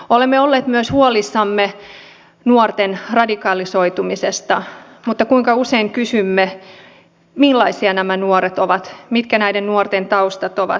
olemme olleet myös huolissamme nuorten radikalisoitumisesta mutta kuinka usein kysymme millaisia nämä nuoret ovat mitkä näiden nuorten taustat ovat